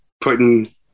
putting